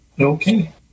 Okay